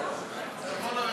אתה יכול לרדת,